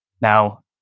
Now